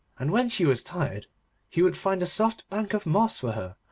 and when she was tired he would find a soft bank of moss for her,